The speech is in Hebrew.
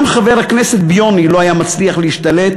גם חבר הכנסת בינוני לא היה מצליח להשתלט